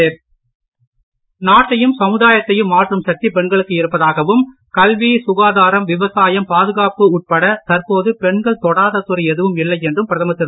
மோடி நாட்டிலும் சமுதாயத்திலும் மாற்றும் சக்தி பெண்களுக்கு இருப்பதாகவும் கல்வி சுகாதாரம் விவசாயம் பாதுகாப்பு உட்பட தற்போது பெண்கள் தொடாத துறை எதுவும் இல்லை என்றும் பிரதமர் திரு